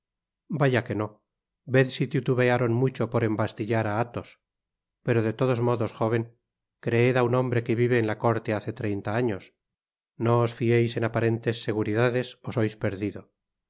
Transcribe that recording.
vaya que no ved si titubearon mucho por embastillar á athos pero de odos modos jóven creed á un hombre que vive en la corte hace treinta años no os fieis en aparentes seguridades ó sois perdido